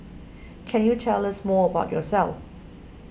can you tell us more about yourself